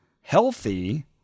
healthy